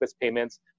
payments